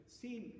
seen